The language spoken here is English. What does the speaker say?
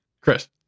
Chris